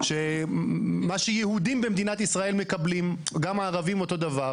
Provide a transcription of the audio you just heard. שמה שיהודים במדינת ישראל מקבלים גם הערבים יקבלו אותו דבר,